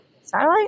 satellite